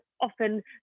often